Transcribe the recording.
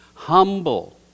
Humble